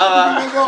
מה רע?